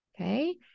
Okay